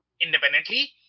independently